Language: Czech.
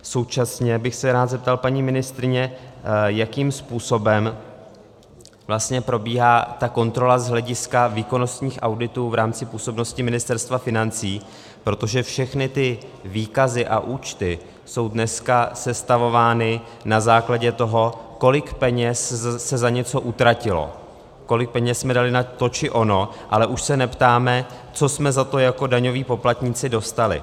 Současně bych se rád zeptal paní ministryně, jakým způsobem vlastně probíhá ta kontrola z hlediska výkonnostních auditů v rámci působnosti Ministerstva financí, protože všechny ty výkazy a účty jsou dneska sestavovány na základě toho, kolik peněz se za něco utratilo, kolik peněz jsme dali na to či ono, ale už se neptáme, co jsme za to jako daňoví poplatníci dostali.